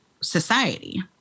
society